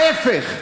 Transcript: ההפך.